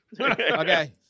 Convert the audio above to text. Okay